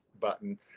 button